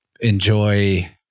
enjoy